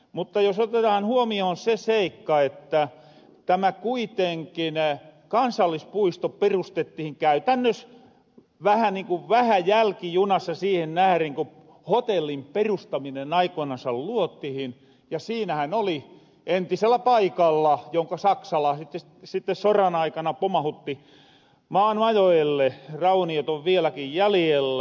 mutta otetaan huomioon se seikka että tämä kansallispuisto kuitenkin perustettihin käytännös vähän niin ku jälkijunassa siihen nähären ku hotellin perustaminen aikoinansa luotihin ja siinähän se oli entisellä paikalla jonka saksalaaset sitten soran aikana pomahutti maan majoille rauniot on vieläki jäljellä